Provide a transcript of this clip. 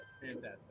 Fantastic